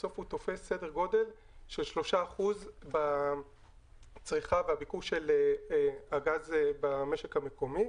בסוף הוא תופס סדר גודל של 3% בצריכה והביקוש של הגז במשק המקומי.